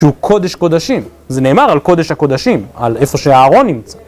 שהוא קודש קודשים. זה נאמר על קודש הקודשים, על איפה שהארון נמצא.